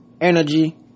energy